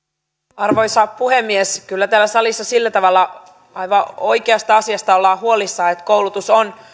arvoisa puhemies kyllä täällä salissa sillä tavalla aivan oikeasta asiasta ollaan huolissaan että koulutus on